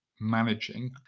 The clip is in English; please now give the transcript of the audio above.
managing